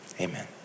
amen